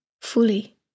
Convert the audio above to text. fully